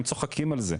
הם צוחקים על זה,